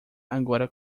agora